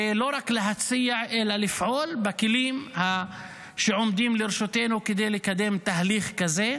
ולא רק להציע אלא לפעול בכלים שעומדים לרשותנו כדי לקדם תהליך כזה.